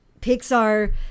Pixar